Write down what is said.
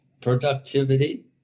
productivity